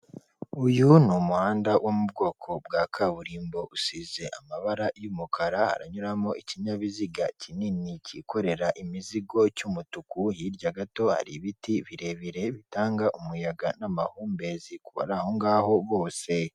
Uyu ni umuhanda wo mu bwoko bwa kaburimbo usize amabara y'umukara, haranyuramo ikinyabiziga kinini cyikorera imizigo cy'umutuku, hirya gato hari ibiti birebire bitanga umuyaga n'amahumbezi ku bari aho ngaho bose.